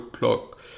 block